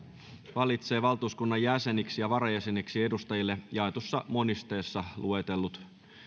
valitsee valtuuskunnan jäseniksi ja varajäseniksi edustajille jaetussa monisteessa luetellut